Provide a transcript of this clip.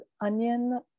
onion